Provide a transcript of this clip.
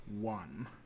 one